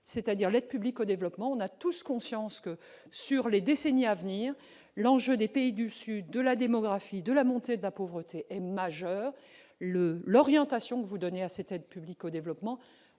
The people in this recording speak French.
c'est-à-dire l'aide publique au développement, on a tous conscience que sur les décennies à venir, l'enjeu des pays du sud de la démographie, de la montée de la pauvreté est majeur : le l'orientation, vous donnez à ses têtes publique au développement,